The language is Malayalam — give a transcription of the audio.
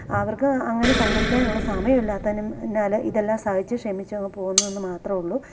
അവർക്ക് അങ്ങനെ സംഘടിക്കാനുള്ള സമയമല്ലാത്തതെന്നാൽ ഇതെല്ലാം സഹിച്ച് ക്ഷമിച്ചങ്ങ് പോകുന്നു എന്ന് മാത്രമുള്ളൂ